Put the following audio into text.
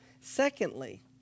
Secondly